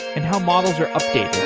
and how models are updated